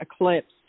eclipse